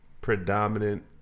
predominant